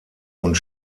und